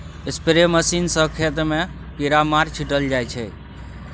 spray machine सँ खेत मे कीरामार छीटल जाइ छै